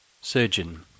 Surgeon